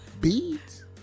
Beads